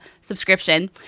subscription